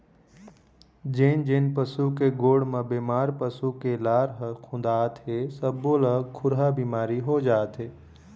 जेन जेन पशु के गोड़ म बेमार पसू के लार ह खुंदाथे सब्बो ल खुरहा बिमारी हो जाथे